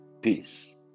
peace